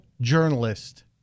journalist